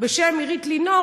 בשם עירית לינור,